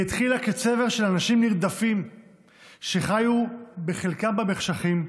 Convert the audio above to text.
היא התחילה כצבר של אנשים נרדפים שחיו בחלקם במחשכים,